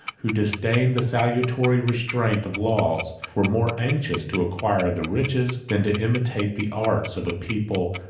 who disdained the salutary restraint of laws, were more anxious to acquire the riches, than to imitate the arts, of a people,